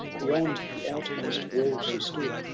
beyond the outmost wall she stood.